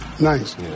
Nice